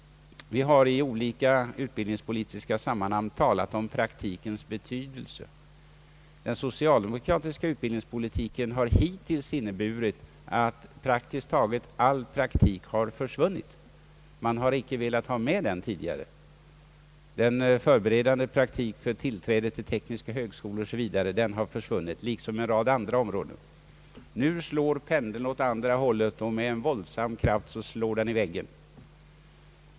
Vi har i olika utbildningspolitiska sammanhang talat om praktikens betydelse. Den socialdemokratiska utbildningspolitiken har hittills inneburit att praktiskt taget all praktik har försvunnit — socialdemokraterna har icke velat ha med den tidigare. Den förberedande praktik som gällt för tillträde till våra tekniska högskolor osv. har försvunnit liksom på en rad andra områden. Nu slår pendeln åt andra hållet, och med en våldsam kraft slår den i väggen.